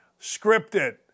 scripted